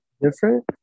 Different